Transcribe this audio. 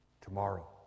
Tomorrow